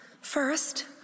First